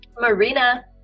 Marina